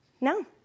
No